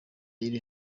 iri